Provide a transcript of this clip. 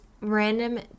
random